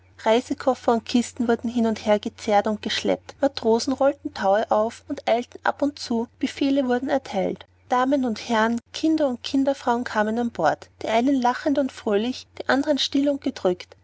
reisekoffer und kisten wurden hin und her gezerrt und geschleppt matrosen rollten taue auf und eilten ab und zu befehle wurden erteilt damen und herren kinder und kinderfrauen kamen an bord die einen lachend und fröhlich die andern still und gedrückt